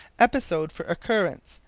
episode for occurrence,